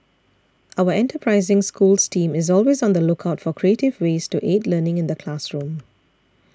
our enterprising Schools team is always on the lookout for creative ways to aid learning in the classroom